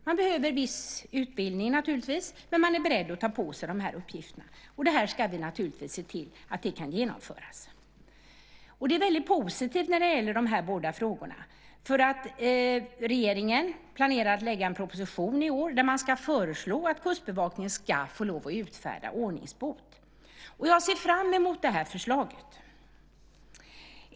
Man behöver en viss utbildning naturligtvis, men man är beredd att ta på sig uppgifterna. Det ska vi naturligtvis se till att det kan genomföras. Det är väldigt positivt när det gäller de här båda frågorna, för regeringen planerar att lägga fram en proposition i år där man ska föreslå att Kustbevakningen ska få lov att utfärda ordningsbot. Jag ser fram emot det förslaget.